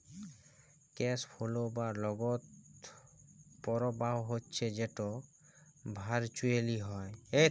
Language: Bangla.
ক্যাশ ফোলো বা নগদ পরবাহ হচ্যে যেট ভারচুয়েলি হ্যয়